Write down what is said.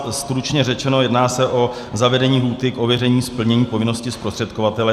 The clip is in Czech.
Stručně řečeno, jedná se o zavedení lhůty k ověření splnění povinnosti zprostředkovatele.